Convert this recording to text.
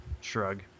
shrug